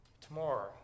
Tomorrow